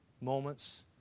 moments